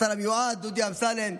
השר המיועד דודי אמסלם,